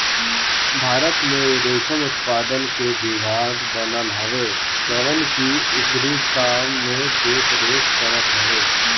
भारत में रेशम उत्पादन के विभाग बनल हवे जवन की एकरी काम के देख रेख करत हवे